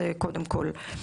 זה קודם כל.